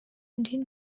engines